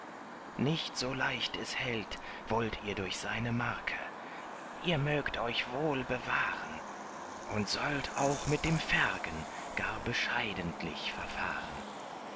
nicht so leicht es hält wollt ihr durch seine marke ihr mögt euch wohl bewahren und sollt auch mit dem fergen gar bescheidentlich verfahren